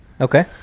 Okay